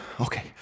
Okay